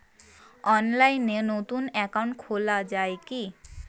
অনলাইনে নতুন একাউন্ট খোলা য়ায় কি?